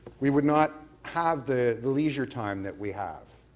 we would not have the the leisure time that we have.